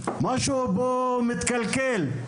משהו פה מתקלקל.